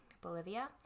Bolivia